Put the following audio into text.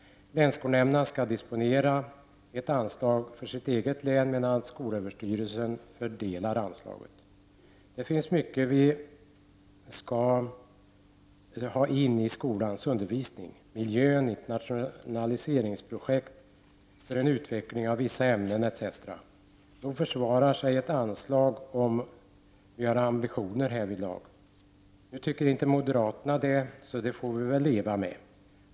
Länsskolnämnderna skall disponera ett anslag för sitt eget län, medan skolöverstyrelsen fördelar anslaget. Det finns mycket vi vill skall komma in i skolans undervisning: miljön, internationaliseringsprojekt för utveckling av vissa ämnen, etc. Nog kan ett anslag försvaras, om vi har ambitioner härvidlag. Nu tycker inte moderaterna det, och det får vi väl leva med.